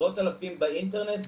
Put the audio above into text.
עשרות אלפים באינטרנט,